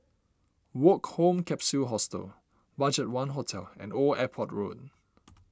Woke Home Capsule Hostel Budgetone Hotel and Old Airport Road